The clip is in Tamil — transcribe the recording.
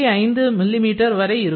5 மில்லிமீட்டர் வரை இருக்கும்